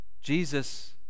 Jesus